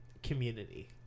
Community